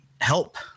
help